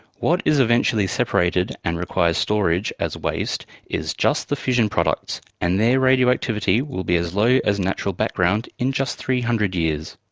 what is eventually separated and requires storage as waste is just the fission products, and their radioactivity will be as low as natural background in just three hundred years.